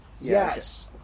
yes